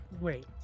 wait